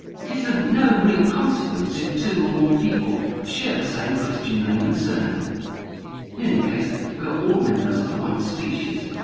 it is of no real consequence if two or more people share the same christian name and surname. in any case, we are all members of the one species.